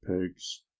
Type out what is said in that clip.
pigs